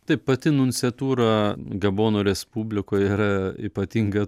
taip pati nunciatūra gabono respublikoje yra ypatinga